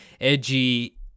Edgy